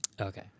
Okay